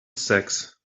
sacks